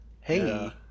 hey